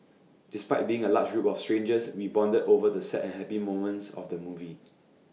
despite being A large group of strangers we bonded over the sad and happy moments of the movie